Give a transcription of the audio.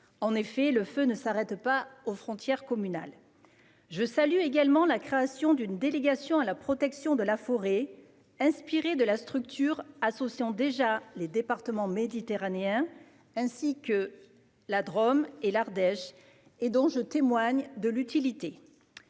En effet, le feu ne s'arrête pas aux frontières communales. Je salue la création, à laquelle tend cette proposition de loi, d'une délégation à la protection de la forêt inspirée d'une structure associant déjà les départements méditerranéens, ainsi que la Drôme et l'Ardèche, et dont je peux témoigner de l'utilité.